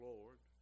Lord